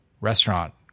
restaurant